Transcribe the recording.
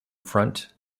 front